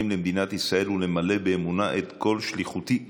למדינת ישראל ולמלא באמונה את כל שליחותי בכנסת".